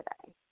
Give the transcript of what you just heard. today